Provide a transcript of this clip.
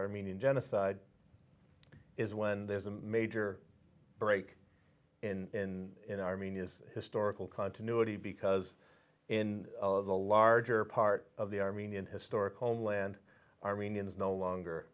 armenian genocide is when there's a major break in armenia is historical continuity because in the larger part of the armenian historic homeland armenians no longer